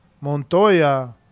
Montoya